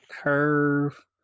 curve